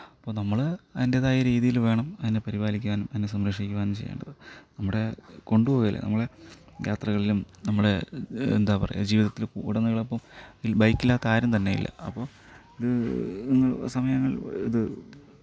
അപ്പോൾ നമ്മൾ അതിൻ്റെതായ രീതിയിൽ വേണം അതിനെ പരിപാലിക്കാനും അതിനെ സംരക്ഷിക്കുവാനും ചെയ്യേണ്ടത് നമ്മുടെ കൊണ്ടുപോവല്ലേ നമ്മുടെ യാത്രകളിലും നമ്മുടെ എന്താ പറയാ ജീവിതത്തിൽ ഉടനീളം ഇപ്പം ബൈക്ക് ഇല്ലാത്ത ആരും തന്നെയില്ല അപ്പോൾ സമയങ്ങളിൽ ഇത്